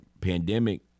pandemic